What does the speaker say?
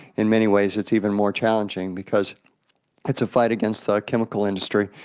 in many ways it's even more challenging, because it's a fight against the chemical industry,